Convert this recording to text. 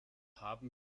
haben